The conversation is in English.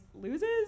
loses